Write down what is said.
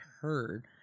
heard